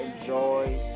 enjoy